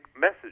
message